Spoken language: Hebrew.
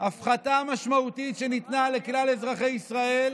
הפחתה משמעותית שניתנה לכלל אזרחי ישראל.